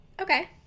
Okay